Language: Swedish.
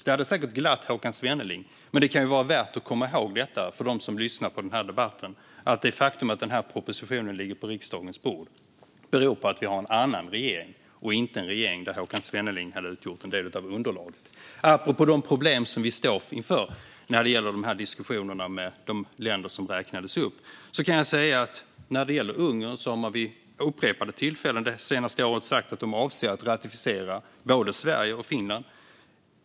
Det hade säkert glatt Håkan Svenneling, men för dem som lyssnar på den här debatten kan det vara värt att komma ihåg att det faktum att propositionen ligger på riksdagens bord beror på att vi har en annan regering, där Håkan Svenneling inte utgör en del av underlaget. Apropå de problem vi står inför när det gäller diskussionerna med de länder som räknades upp kan jag säga att Ungern vid upprepade tillfällen det senaste året har sagt att man avser att ratificera både Sveriges och Finlands ansökningar.